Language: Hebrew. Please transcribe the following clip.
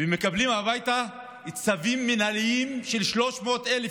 ומקבלים הביתה צווים מינהליים של 300,000